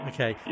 Okay